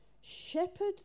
Shepherd